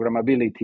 programmability